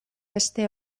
beste